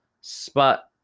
spot